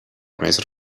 més